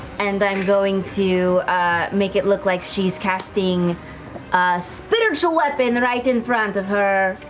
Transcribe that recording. and i'm going to make it look like she's casting spiritual weapon right in front of her.